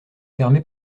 fermé